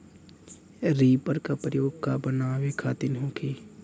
Reaper का प्रयोग का बनावे खातिन होखि?